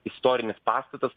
istorinis pastatas